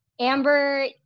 Amber